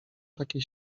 takie